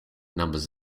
numbers